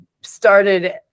started